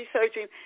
researching